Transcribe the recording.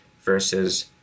versus